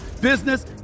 business